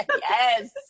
Yes